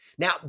Now